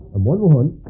um one, one